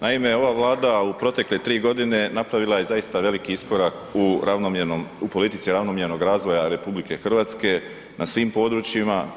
Naime, ova Vlada u protekle 3 godine napravila je zaista veliki iskorak u ravnomjernom, u politici ravnomjernog razvoja RH na svim područjima.